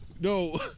No